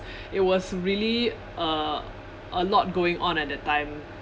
it was really uh a lot going on at that time